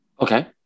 Okay